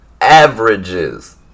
Averages